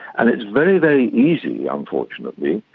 and it's very, very easy, unfortunately,